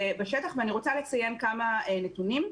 אני רוצה לציין כמה נתונים.